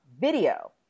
video